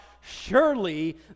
surely